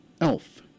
elf